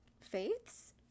faiths